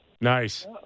Nice